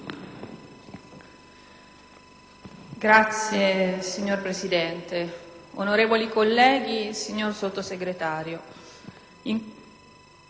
*(PdL)*. Signor Presidente, onorevoli colleghi, signor Sottosegretario,